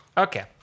okay